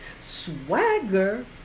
Swagger